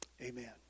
Amen